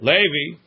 Levi